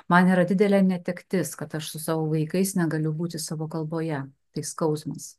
man yra didelė netektis kad aš su savo vaikais negaliu būti savo kalboje tai skausmas